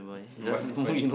no what what did